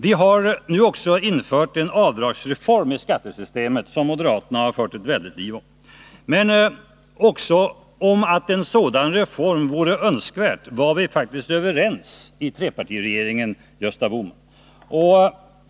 Vi har nu också infört en avdragsreform i skattesystemet som moderaterna har fört ett väldigt liv om. Men också om att en sådan reform vore önskvärd var vi faktiskt överens i trepartiregeringen, Gösta Bohman.